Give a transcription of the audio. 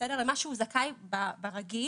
למה שהוא זכאי ברגיל